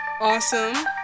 awesome